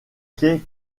quai